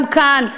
גם כאן,